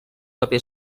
paper